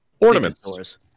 ornaments